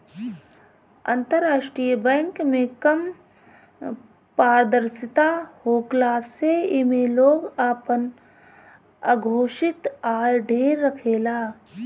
अंतरराष्ट्रीय बैंक में कम पारदर्शिता होखला से एमे लोग आपन अघोषित आय ढेर रखेला